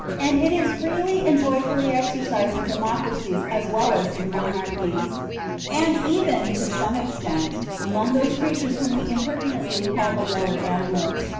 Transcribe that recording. and it is freely and joyfully exercised in democracies as well as in monarchies and even, to some extent, among those creatures whom we impertinently call the lower animals.